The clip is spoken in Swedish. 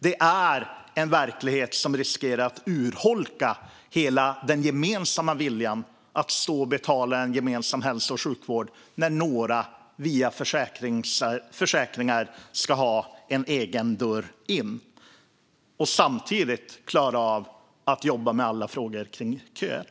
Det är en verklighet som riskerar att urholka hela den gemensamma viljan att betala för sjukvården när några, via sina försäkringar, får en egen dörr in. Samtidigt ska man klara av att jobba med alla frågor kring köerna.